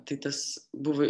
tai tas buvo